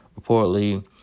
reportedly